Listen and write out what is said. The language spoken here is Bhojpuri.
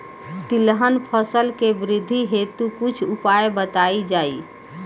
तिलहन फसल के वृद्धी हेतु कुछ उपाय बताई जाई?